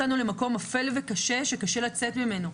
אותם למקום אפל וקשה שקשה לצאת ממנו.